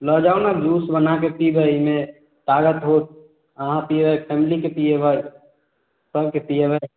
लऽ जाउ ने जूस बनाके पीबै एहिमे तागत होयत अहाँ पीबै फैमलीके पिएबै सबके पिएबै